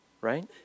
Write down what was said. right